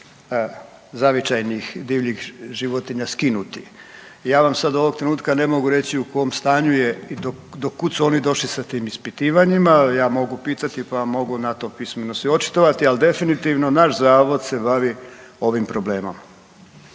zavičajnih divljih životinja skinuti. Ja vam sad ovoga trenutka ne mogu reći u kom stanju je i do kud su oni došli sa tim ispitivanjima. Ja mogu pitati, pa mogu na to pismeno se očitovati, ali definitivno naš zavod se bavi ovim problemom.